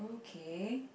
okay